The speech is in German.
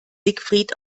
siegfried